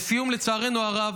לצערנו הרב,